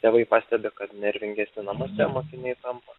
tėvai pastebi kad nervingesni namuose mokiniai tampa